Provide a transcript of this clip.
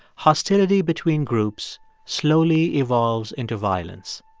hostility between groups slowly evolves into violence.